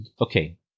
Okay